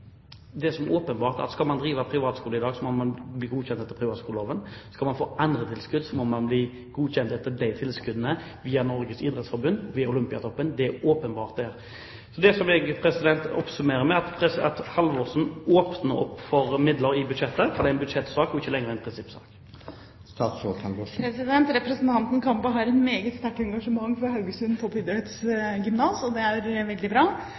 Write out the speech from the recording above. godkjent etter privatskoleloven. Skal man få andre tilskudd, må man bli godkjent etter de tilskuddene via Norges idrettsforbund ved Olympiatoppen. Det er åpenbart. Det som jeg oppsummerer med, er at statsråd Halvorsen åpner opp for midler i budsjettet, for det er en budsjettsak og ikke lenger en prinsippsak. Representanten Kambe har et meget sterkt engasjement for Haugesund Toppidrettsgymnas. Det er veldig bra,